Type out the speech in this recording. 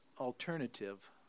alternative